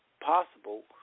possible